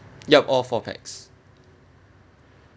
yup all four pax